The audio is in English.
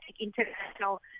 international